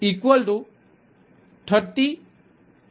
86 છે